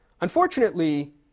Unfortunately